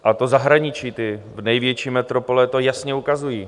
A to zahraničí, ty největší metropole to jasně ukazují.